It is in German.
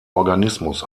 organismus